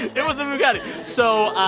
it was a bugatti. so